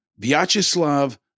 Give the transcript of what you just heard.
Vyacheslav